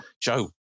Joe